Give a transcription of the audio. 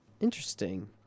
Interesting